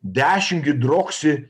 dešim gidroksi